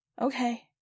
Okay